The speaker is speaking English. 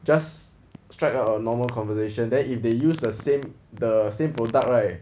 just strike out a normal conversation then if they use the same the same product right